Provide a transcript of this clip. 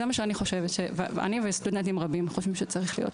זה מה שאני וסטודנטים רבים חושבים שצריך להיות.